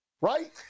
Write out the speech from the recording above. right